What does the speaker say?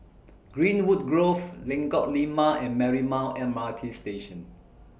Greenwood Grove Lengkok Lima and Marymount M R T Station